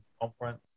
conference